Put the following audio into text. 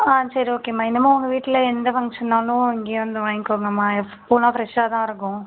ஆ சரி ஓகேம்மா இன்னுமே உங்கள் வீட்டில் எந்த ஃபங்க்ஷன்னாலும் இங்கேயே வந்து வாங்கிக்கோங்கம்மா பூவெலாம் ஃப்ரெஷ்ஷாக தான் இருக்கும்